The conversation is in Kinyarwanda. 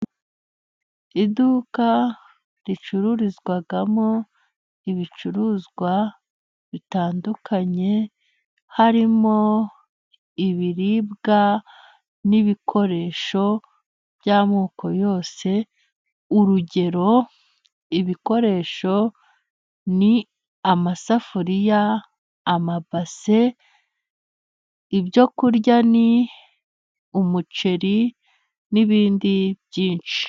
Iduka ricururizwamo ibicuruzwa bitandukanye, harimo ibiribwa n'ibikoresho by'amoko yose. Urugero: Ibikoresho ni amasafuriya, amabase, ibyo kurya ni umuceri n'ibindi byinshi.